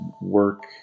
work